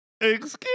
Excuse